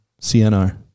CNR